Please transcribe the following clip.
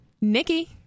Nikki